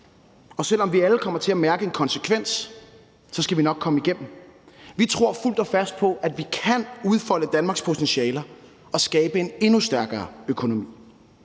Og selv om vi alle kommer til at mærke en konsekvens, skal vi nok komme igennem. Vi tror fuldt og fast på, at vi kan udfolde Danmarks potentialer og skabe en endnu stærkere økonomi,